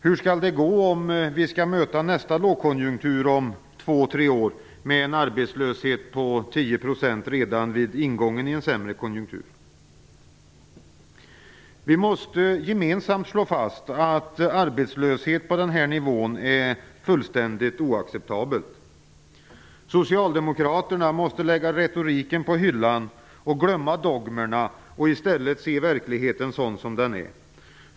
Hur skall det gå om vi skall möta nästa lågkonjunktur om två tre år med en arbetslöshet på 10 % redan vid ingången i en sämre konjunktur? Vi måste gemensamt slå fast att arbetslöshet på denna nivå är fullständigt oacceptabel. Socialdemokraterna måste lägga retoriken på hyllan, glömma dogmerna och i stället se verkligheten sådan den är.